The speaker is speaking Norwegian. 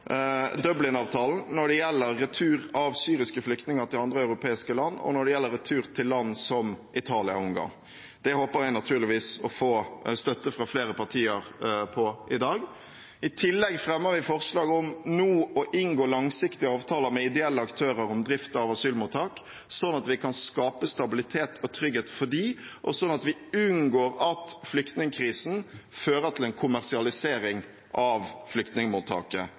når det gjelder retur av syriske flyktninger til andre europeiske land, og når det gjelder retur til land som Italia og Ungarn. Det håper jeg naturligvis å få støtte fra flere partier til i dag. I tillegg fremmer vi forslag om å inngå langsiktige avtaler med ideelle aktører om drift av asylmottak, slik at vi kan skape stabilitet og trygghet for dem, og slik at vi unngår at flyktningkrisen fører til en kommersialisering av